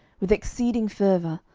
with exceeding fervour,